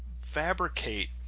fabricate